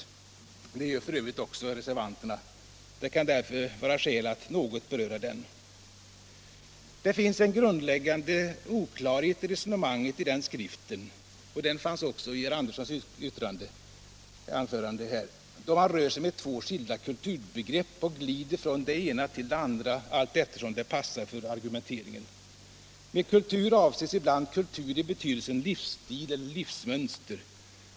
Det gör f. ö. också reservanterna. Det kan där = Viss försöksverkför vara skäl att något beröra den. samhet på kultur Det finns en grundläggande oklarhet i resonemanget i den skriften — området - det fanns också i herr Anderssons anförande här — då man rör sig med två skilda kulturbegrepp och glider från det ena till det andra allteftersom det passar för argumenteringen. Med kultur avses ibland kultur i betydelsen livsstil eller livsmönster.